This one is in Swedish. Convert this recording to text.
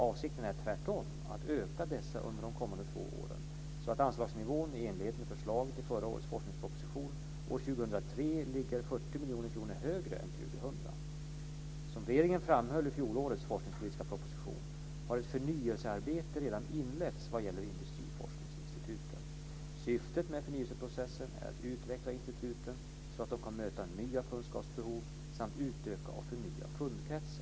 Avsikten är tvärtom att öka dessa under de kommande två åren så att anslagsnivån, i enlighet med förslaget i förra årets forskningsproposition, år 2003 ligger Som regeringen framhöll i fjolårets forskningspolitiska proposition har ett förnyelsearbete redan inletts vad gäller industriforskningsinstituten. Syftet med förnyelseprocessen är att utveckla instituten så att de kan möta nya kunskapsbehov samt utöka och förnya kundkretsen.